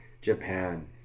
Japan